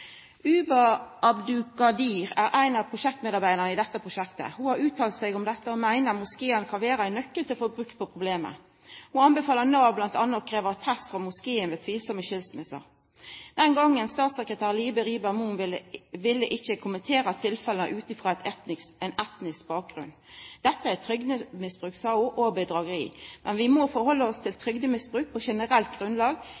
Ubah Abduqadir var ein av prosjektmedarbeidarane i dette prosjektet. Ho uttalte seg om dette og meinte moskeane kunne vera ein nøkkel til å få bukt med problemet. Ho anbefalte Nav bl.a. å krevja attest frå moskeen ved tvilsame skilsmisser. Dåverande statssekretær Libe Rieber-Mohn ville ikkje kommentera tilfella ut frå ein etnisk bakgrunn. «Dette er trygdemisbruk og bedrageri. Men vi må forholde oss til